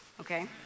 okay